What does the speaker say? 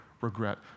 regret